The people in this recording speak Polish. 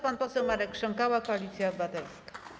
Pan poseł Marek Krząkała, Koalicja Obywatelska.